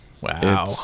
wow